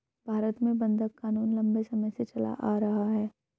भारत में बंधक क़ानून लम्बे समय से चला आ रहा है